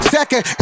Second